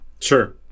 Sure